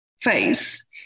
face